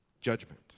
judgment